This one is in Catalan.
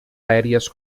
aèries